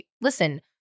listen